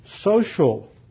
social